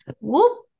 whoop